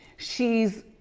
she's